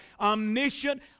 omniscient